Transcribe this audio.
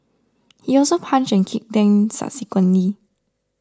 he also punched and kicked them subsequently